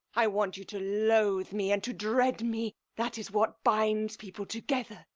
i want you to loathe me and to dread me that is what binds people together.